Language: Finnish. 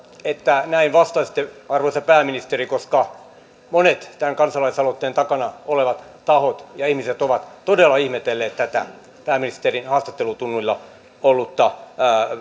että näin vastasitte arvoisa pääministeri koska monet tämän kansalaisaloitteen takana olevat tahot ja ihmiset ovat todella ihmetelleet tätä pääministerin haastattelutunnilla ollutta